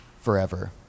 forever